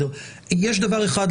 יש דבר אחד,